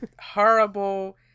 horrible